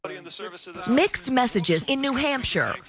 but in the service of mixed messages in new hampshire,